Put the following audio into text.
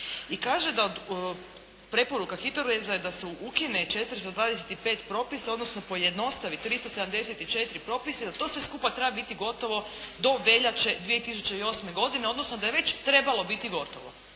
i kaže da, preporuka HITRORez-a je da se ukine 425 propisa, odnosno pojednostavi 374 propisa i da to sve skupa treba biti gotovo do veljače 2008. godine, odnosno da je već trebalo biti gotovo.